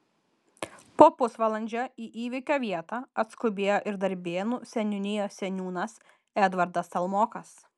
po pusvalandžio į įvykio vietą atskubėjo ir darbėnų seniūnijos seniūnas edvardas stalmokas